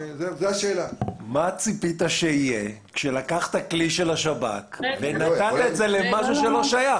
מה ציפית שיהיה כשלקחת כלי של השב"כ ונתת אותו למשהו שלא שייך?